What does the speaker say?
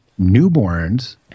newborns